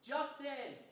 Justin